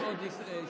אפס מאופס.